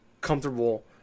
comfortable